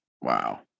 Wow